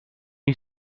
you